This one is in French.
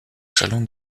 salon